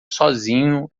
sozinho